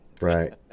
right